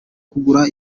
kugura